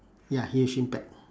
ya huge impact